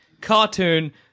cartoon